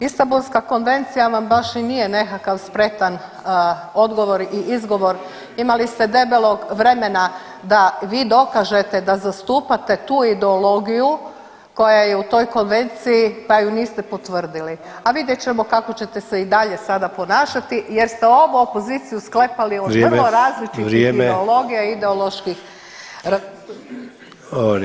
Istambulska konvencija vam baš i nije nekakav spretan odgovor i izgovor, imali ste debelog vremena da vi dokažete da zastupate tu ideologiju koja je u toj konvenciji, pa ju niste potvrdili, a vidjet ćemo kako ćete se i dalje sada ponašati jer ste ovu opoziciju sklepali od vrlo različitih ideologija i ideoloških.